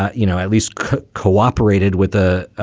ah you know, at least cooperated with the